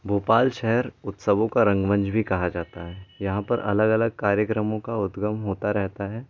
भोपाल शहर उत्सवों का रंगमंच भी कहा जाता है यहाँ पर अलग अलग कार्यक्रमों का उद्गम होता रहता है